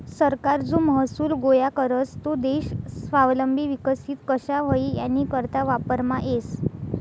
सरकार जो महसूल गोया करस तो देश स्वावलंबी विकसित कशा व्हई यानीकरता वापरमा येस